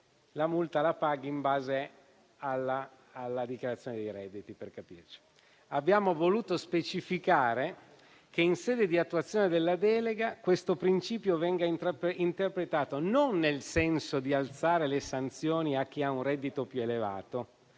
la multa si paga in base alla dichiarazione dei redditi. Abbiamo voluto specificare che, in sede di attuazione della delega, questo principio venga interpretato non nel senso di alzare le sanzioni a chi ha un reddito più elevato,